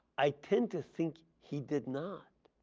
i tend to think he did not.